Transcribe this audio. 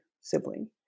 sibling